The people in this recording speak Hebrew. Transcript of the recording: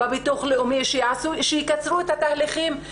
בביטוח לאומי שיקצרו את התהליכים.